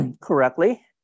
correctly